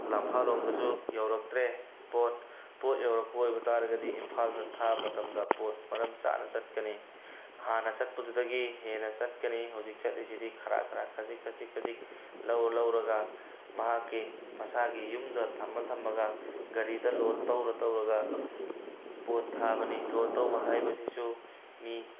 ꯂꯝꯐꯥꯜꯂꯣꯡꯗꯁꯨ ꯌꯧꯔꯛꯇ꯭ꯔꯦ ꯄꯣꯠ ꯄꯣꯠ ꯌꯧꯔꯛꯄ ꯑꯣꯏꯕ ꯇꯥꯔꯒꯗꯤ ꯏꯝꯐꯥꯜꯗ ꯊꯥꯕ ꯃꯇꯝꯗ ꯄꯣꯠ ꯃꯔꯝ ꯆꯥꯅ ꯆꯠꯀꯅꯤ ꯍꯥꯟꯅ ꯆꯠꯄꯗꯨꯗꯒꯤ ꯍꯦꯟꯅ ꯆꯠꯀꯅꯤ ꯍꯧꯖꯤꯛ ꯆꯠꯂꯤꯁꯤꯗꯤ ꯈꯔ ꯈꯔ ꯈꯖꯤꯛ ꯈꯖꯤꯛ ꯈꯖꯤꯛ ꯂꯧ ꯂꯧꯔꯒ ꯃꯍꯥꯛꯀꯤ ꯃꯁꯥꯒꯤ ꯌꯨꯝꯗ ꯊꯝꯃ ꯊꯝꯃꯒ ꯒꯥꯔꯤꯗ ꯂꯣꯠ ꯇꯧꯔ ꯇꯧꯔꯒ ꯄꯣꯠ ꯊꯥꯕꯅꯤ ꯂꯣꯠ ꯇꯧꯕ ꯍꯥꯏꯕꯁꯤꯁꯨ ꯃꯤ